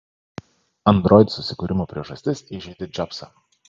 android susikūrimo priežastis įžeidė džobsą